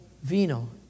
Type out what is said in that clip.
vino